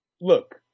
Look